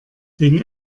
wegen